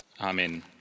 Amen